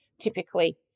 typically